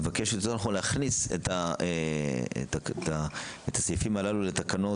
היא מבקשת יותר נכון להכניס את הסעיפים הללו לתקנות